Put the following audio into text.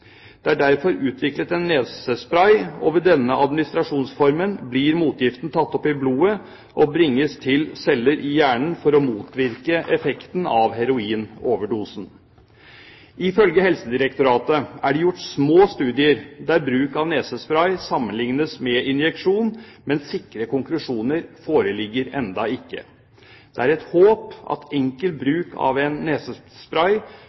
Det er derfor utviklet en nesespray, og ved denne administrasjonsformen blir motgiften tatt opp i blodet og bringes til celler i hjernen for å motvirke effekten av heroinoverdosen. Ifølge Helsedirektoratet er det gjort små studier der bruk av nesespray sammenlignes med injeksjon, men sikre konklusjoner foreligger ennå ikke. Det er et håp at enkel bruk av en nesespray